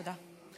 תודה.